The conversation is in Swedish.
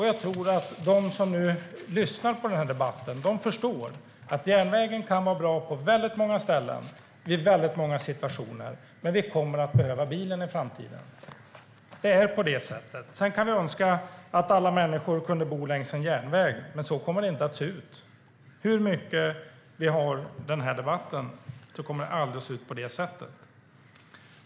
Jag tror att de som lyssnar på den här debatten förstår att järnvägen kan vara bra på många ställen i många situationer, men vi kommer att behöva bilen i framtiden. Det är på det sättet. Sedan kan vi önska att alla människor kunde bo längs en järnväg, men så kommer det inte att se ut. Hur mycket vi än debatterar det här kommer det aldrig att se ut på det sättet.